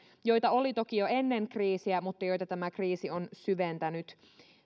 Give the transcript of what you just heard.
joita oli toki jo ennen kriisiä mutta joita tämä kriisi on syventänyt